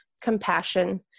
compassion